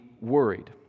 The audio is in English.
worried